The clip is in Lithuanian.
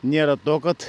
nėra to kad